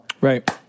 Right